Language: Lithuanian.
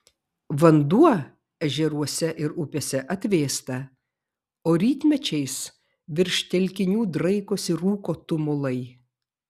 vanduo ežeruose ir upėse atvėsta o rytmečiais virš telkinių draikosi rūko tumulai